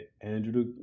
Andrew